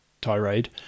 tirade